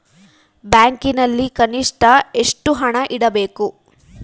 ಬ್ಯಾಂಕಿನಲ್ಲಿ ಕನಿಷ್ಟ ಎಷ್ಟು ಹಣ ಇಡಬೇಕು?